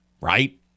right